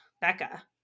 Becca